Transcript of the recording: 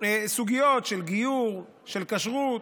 מסוגיות של גיור, של כשרות,